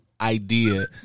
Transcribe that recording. idea